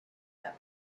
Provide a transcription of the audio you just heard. that